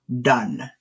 done